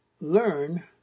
learn